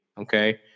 okay